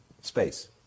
space